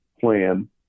plan